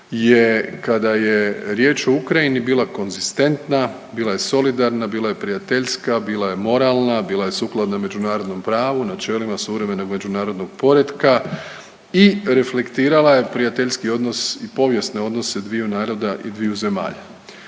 je kada je riječ o Ukrajini bila konzistentna, bila je solidarna, bila je prijateljska, bila je moralna, bila je sukladno međunarodnom pravu, načelima suvremenog međunarodnog poretka i reflektirala je prijateljski odnos i povijesne odnose dviju naroda i dviju zemalja.